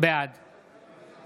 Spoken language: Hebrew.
בעד